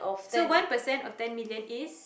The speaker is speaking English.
so one percent of ten million is